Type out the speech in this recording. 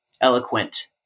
eloquent